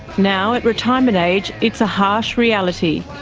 now at retirement age, it's a harsh reality.